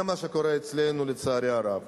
זה מה שקורה אצלנו, לצערי הרב.